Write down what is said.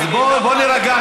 אז בוא נירגע,